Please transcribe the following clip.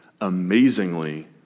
amazingly